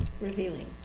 Revealing